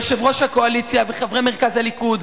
יושב-ראש הקואליציה וחברי מרכז הליכוד,